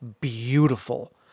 beautiful